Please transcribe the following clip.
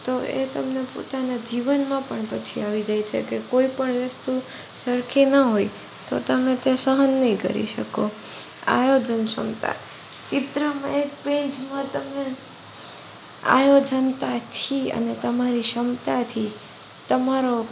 તો એ તમને પોતાનાં જીવનમાં પણ પછી આવી જાય છે કે કોઈપણ વસ્તુ સરખી ન હોય તો તમે તે સહન નહીં કરી શકો આયોજન ક્ષમતા ચિત્રમાં એક પેજમાં તમે આયોજનતાથી અને તમારી ક્ષમતાથી તમારો